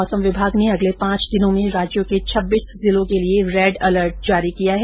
मौसम विभाग ने अगले पांच दिनों में राज्यो के छब्बीस जिलों के लिए रेडअलर्ट जारी किया है